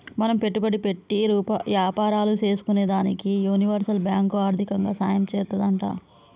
మనం పెట్టుబడి పెట్టి యాపారాలు సేసుకునేదానికి యూనివర్సల్ బాంకు ఆర్దికంగా సాయం చేత్తాదంట